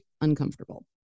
uncomfortable